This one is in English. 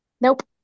Nope